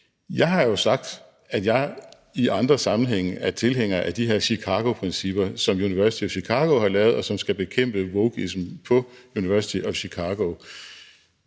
Jeg har jo sagt, at jeg i andre sammenhænge er tilhænger af de her Chicagoprincipper, som University of Chicago har lavet, og som skal bekæmpe wokeismen på University of Chicago.